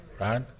right